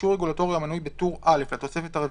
אישור רגולטורי המנוי בטור א' לתוספת הרביעית,